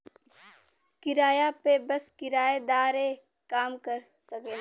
किराया पे बस किराएदारे काम कर सकेला